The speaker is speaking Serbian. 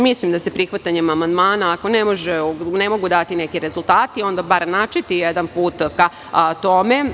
Mislim da se prihvatanjem amandmana, ako ne mogu dati neki rezultati, onda bar načeti jedan put ka tome.